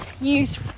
use